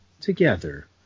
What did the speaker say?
together